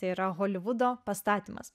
tai yra holivudo pastatymas